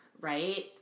right